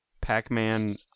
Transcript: Pac-Man